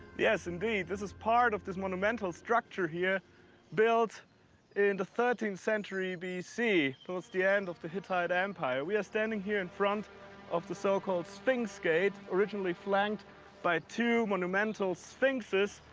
yes, indeed. this is part of this monumental structure here built in the thirteenth century b c. towards the end of the hittite empire. we are standing here in front of the so-called sphinx gate, originally flanked by two monumental sphinxes,